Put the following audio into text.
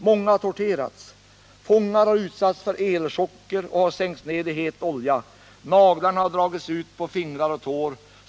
Många har torterats. Fångar har utsatts för elchocker, de har sänkts ner i het olja. Naglarna har dragits ut på fingrar och tår.